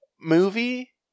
movie